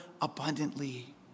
abundantly